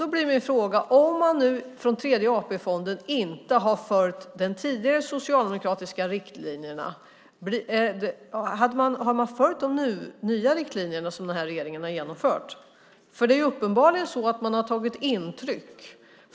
Då blir min fråga: Om man nu från Tredje AP-fondens sida inte har följt de tidigare socialdemokratiska riktlinjerna, har man följt de nya riktlinjer som den här regeringen har genomfört? Det är uppenbarligen så att man har tagit intryck.